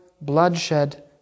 bloodshed